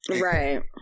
Right